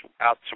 out